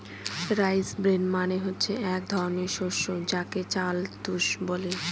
rice bran মানে হচ্ছে এক ধরনের শস্য যাকে চাল তুষ বলে